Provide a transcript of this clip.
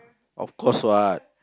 of course what